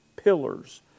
pillars